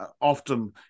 Often